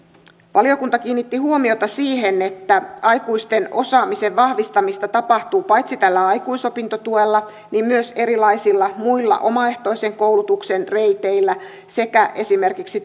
valiokunta kiinnitti huomiota siihen että aikuisten osaamisen vahvistamista tapahtuu paitsi tällä aikuisopintotuella myös erilaisilla muilla omaehtoisen koulutuksen reiteillä sekä tietenkin esimerkiksi